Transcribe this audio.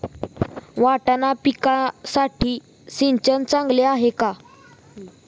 वाटाणा पिकासाठी सिंचन चांगले आहे का?